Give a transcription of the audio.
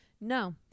No